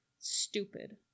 stupid